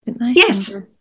yes